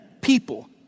people